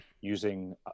using